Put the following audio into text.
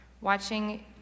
Watching